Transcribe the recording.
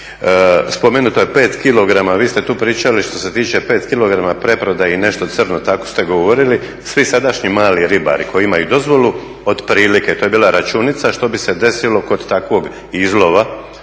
Spomenuto je 5kg, vi ste tu pričali što se tiče 5kg preprodaje i nešto crno tako ste govorili, svi sadašnji mali ribari koji imaju dozvolu otprilike to je bila računica što bi se desilo kod takvog izlova